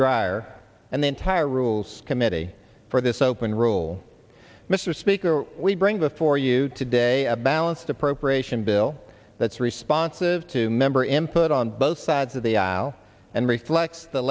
dreier and then tire rules committee for this open rule mr speaker we bring before you today a balanced appropriation bill that's responses to member m put on both sides of the aisle and reflects the